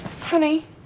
honey